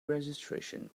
registration